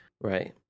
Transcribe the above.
Right